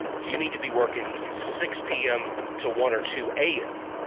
you need to be working six p m. to one or two a m.